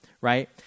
right